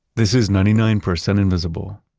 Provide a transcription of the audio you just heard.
this is ninety nine percent invisible.